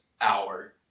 hour